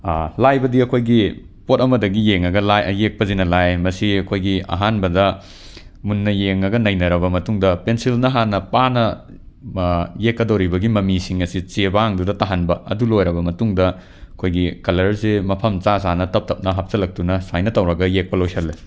ꯂꯥꯏꯕꯗꯤ ꯑꯩꯈꯣꯏꯒꯤ ꯄꯣꯠ ꯑꯃꯗꯒꯤ ꯌꯦꯡꯉꯒ ꯂꯥꯏ ꯑꯌꯦꯛꯄꯁꯤꯅ ꯂꯥꯏ ꯃꯁꯤ ꯑꯩꯈꯣꯏꯒꯤ ꯑꯍꯥꯟꯕꯗ ꯃꯨꯟꯅ ꯌꯦꯡꯉꯒ ꯅꯩꯅꯔꯕ ꯃꯇꯨꯡꯗ ꯄꯦꯟꯁꯤꯜꯅ ꯍꯥꯟꯅ ꯄꯥꯅ ꯌꯦꯛꯀꯗꯧꯔꯤꯕꯒꯤ ꯃꯃꯤꯁꯤꯡ ꯑꯁꯤ ꯆꯦꯕꯥꯡꯗꯨꯗ ꯇꯥꯍꯟꯕ ꯑꯗꯨ ꯂꯣꯏꯔꯕ ꯃꯇꯨꯡꯗ ꯑꯈꯣꯏꯒꯤ ꯀꯂꯔꯁꯦ ꯃꯐꯝ ꯆꯥ ꯆꯥꯅ ꯇꯞ ꯇꯞꯅ ꯍꯥꯞꯆꯤꯜꯂꯛꯇꯨꯅ ꯁꯨꯃꯥꯏꯅ ꯇꯧꯔꯒ ꯌꯦꯛꯄ ꯂꯣꯏꯁꯜꯂꯦ